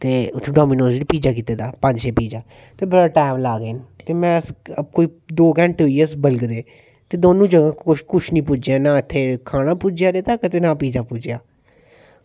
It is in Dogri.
ते उत्थें डोमिनोज़ कीते दा पं छे पिज्जा ते बड़ा टैम ला दे न ते में दौ घैंटे होइये बलगदे ते कुछ निं पुज्जेआ ना ते खाना पुज्जेआ ते ना ते पिज्जा पुज्जेआ